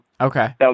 Okay